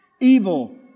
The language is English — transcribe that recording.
Evil